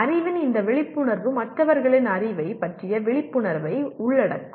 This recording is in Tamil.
அறிவின் இந்த விழிப்புணர்வு மற்றவர்களின் அறிவைப் பற்றிய விழிப்புணர்வையும் உள்ளடக்கும்